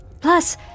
Plus